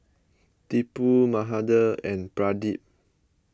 Tipu Mahade and Pradip